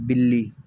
بلی